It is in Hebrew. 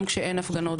גם כשאין הפגנות,